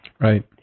Right